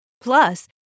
Plus